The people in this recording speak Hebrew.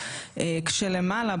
כשלמעלה,